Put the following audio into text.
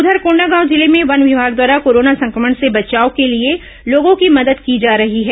उधर कोंडागांव जिले में वन विभाग द्वारा कोरोना संक्रमण से बचाव के लिए लोगों की मदद की जा रही है